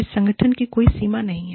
इस संगठन की कोई सीमा नहीं है